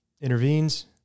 intervenes